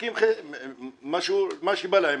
מה שבא להם,